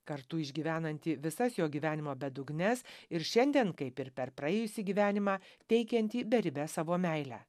kartu išgyvenantį visas jo gyvenimo bedugnes ir šiandien kaip ir per praėjusį gyvenimą teikiantį beribę savo meilę